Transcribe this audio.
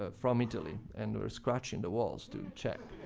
ah from italy and were scratching the walls to check.